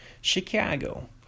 Chicago